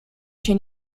się